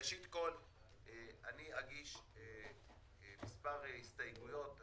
ראשית כול, אני אגיש מספר הסתייגויות.